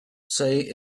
say